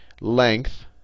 length